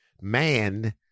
man